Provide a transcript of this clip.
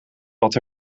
wat